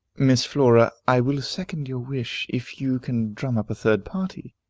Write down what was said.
miss flora, i will second your wish, if you can drum up a third party,